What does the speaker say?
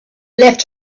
left